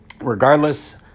regardless